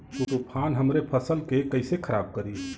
तूफान हमरे फसल के कइसे खराब करी?